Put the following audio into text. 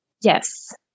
Yes